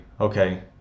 okay